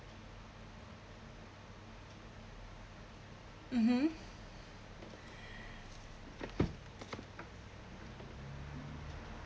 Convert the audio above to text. mmhmm